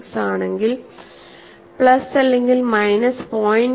6 ആണെങ്കിൽ പ്ലസ് അല്ലെങ്കിൽ മൈനസ് 0